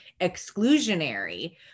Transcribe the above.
exclusionary